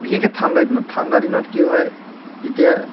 বিশেষকে ঠাণ্ডা দিনত ঠাণ্ডা দিনত কি হয় যেতিয়া